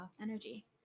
energy